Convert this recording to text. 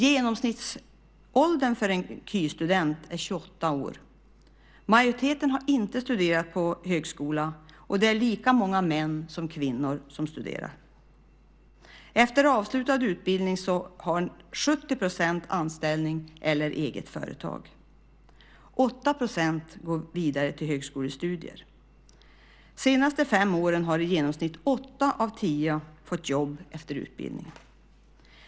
Genomsnittsåldern för en KY-student är 28 år. Majoriteten har inte studerat på högskola, och det är lika många män som kvinnor som studerar. Efter avslutad utbildning har 70 % anställning eller eget företag. 8 % går vidare till högskolestudier. De senaste fem åren har i genomsnitt åtta av tio fått jobb efter utbildningen.